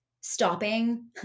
stopping